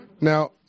Now